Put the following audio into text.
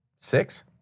Six